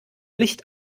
licht